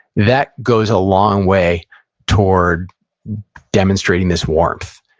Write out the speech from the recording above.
that goes a long way toward demonstrating this warmth.